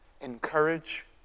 encourage